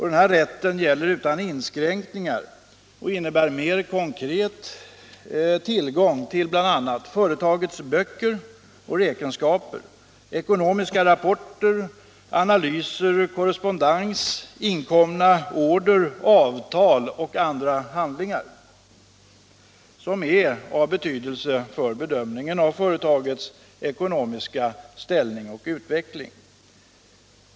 Denna rätt gäller utan inskränkningar och innebär mer konkret tillgång till bl.a. företagets böcker och räkenskaper, ekonomiska rapporter, ana lyser, korrespondens, inkomna order, avtal och andra handlingar som är av betydelse för bedömningen av företagets ekonomiska ställning och utveckling.